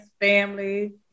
family